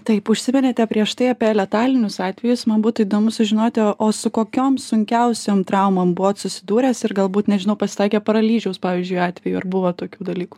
taip užsiminėte prieš tai apie letalinius atvejus man būtų įdomu sužinoti o su kokiom sunkiausiom traumom buvot susidūręs ir galbūt nežinau pasitaikė paralyžiaus pavyzdžiui atvejų ar buvo tokių dalykų